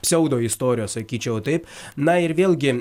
psiaubo istorijos sakyčiau taip na ir vėlgi